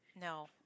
No